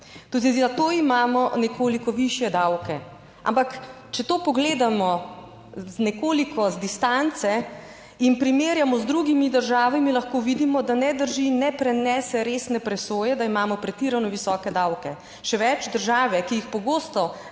Tudi za to imamo nekoliko višje davke, ampak če to pogledamo nekoliko z distance in primerjamo z drugimi državami, lahko vidimo, da ne drži in ne prenese resne presoje, da imamo pretirano visoke davke. Še več, države, ki jih pogosto